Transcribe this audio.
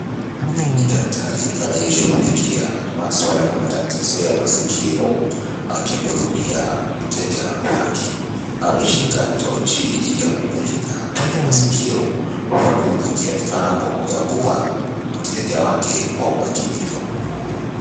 Ni daktari anayeshughulikia maswala na matatizo ya masikio akimhudumia mteja wake. Ameshika tochi ya kumulika kwenye masikio huku akionekana kumgagua mteja wake kwa umakinifu.